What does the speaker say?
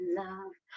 love